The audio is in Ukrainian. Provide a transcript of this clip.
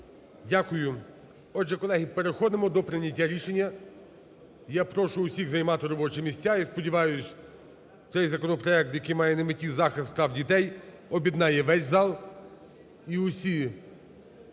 Дякую. Отже, колеги, переходимо до прийняття рішення. Я прошу всіх займати робочі місця. І сподіваюсь, цей законопроект, який має на меті захист прав дітей, об'єднає весь зал і всі